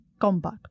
comeback